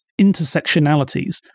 intersectionalities